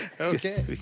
Okay